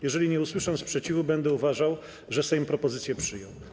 Jeżeli nie usłyszę sprzeciwu, będę uważał, że Sejm propozycję przyjął.